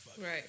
Right